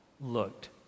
looked